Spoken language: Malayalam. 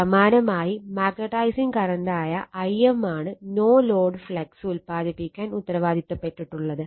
സമാനമായി മാഗ്നടൈസിങ് കറണ്ട് ആയ Im ആണ് നോ ലോഡ് ഫ്ളക്സ് ഉൽപാദിപ്പിക്കാൻ ഉത്തരവാദിത്തപ്പെട്ടിട്ടുള്ളത്